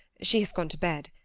she has gone to bed.